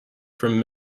from